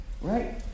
right